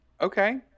okay